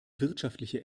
wirtschaftliche